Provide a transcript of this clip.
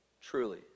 Truly